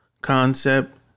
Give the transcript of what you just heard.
concept